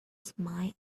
smile